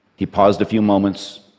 he paused a few moments,